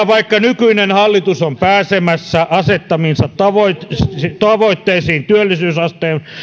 vaikka nykyinen hallitus on pääsemässä asettamiinsa tavoitteisiin tavoitteisiin työllisyysasteen